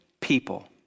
people